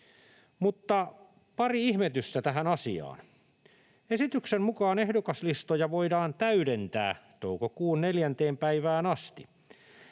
Mutta pari ihmetystä tähän asiaan. Esityksen mukaan ehdokaslistoja voidaan täydentää toukokuun 4. päivään asti.